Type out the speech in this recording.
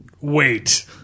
wait